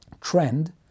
trend